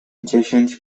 dziesięć